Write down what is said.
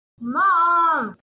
Mom